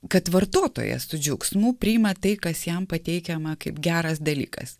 kad vartotojas su džiaugsmu priima tai kas jam pateikiama kaip geras dalykas